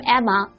Emma